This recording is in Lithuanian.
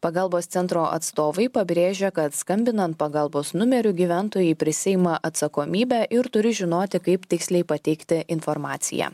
pagalbos centro atstovai pabrėžia kad skambinant pagalbos numeriu gyventojai prisiima atsakomybę ir turi žinoti kaip tiksliai pateikti informaciją